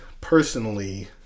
personally